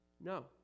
no